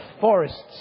forests